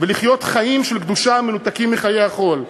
ולחיות חיים של קדושה המנותקים מחיי החול.